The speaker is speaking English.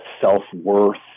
self-worth